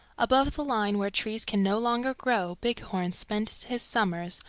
above the line where trees can no longer grow bighorn spends his summers,